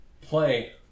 play